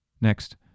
Next